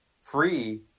free